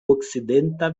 okcidenta